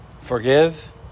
Forgive